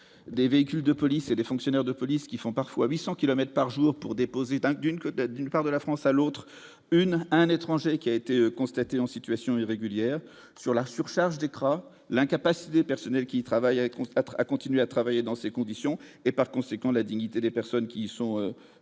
des véhicules de police et les fonctionnaires de police qui font parfois 800 kilomètres par jour pour déposer d'une queue de, d'une part de la France à l'autre, un étranger qui a été constatée en situation irrégulière sur la surcharge des l'incapacité personnels qui travaillaient constatera à continuer à travailler dans ces conditions et par conséquent la dignité des personnes qui sont retenus